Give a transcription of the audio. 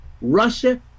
russia